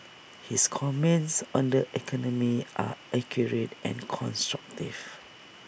his comments on the economy are accurate and constructive